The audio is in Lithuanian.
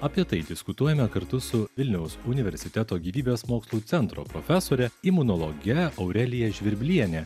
apie tai diskutuojame kartu su vilniaus universiteto gyvybės mokslų centro profesore imunologe aurelija žvirblienė